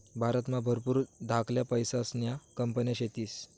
भारतमा भरपूर धाकल्या पैसासन्या कंपन्या शेतीस